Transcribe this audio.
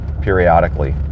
periodically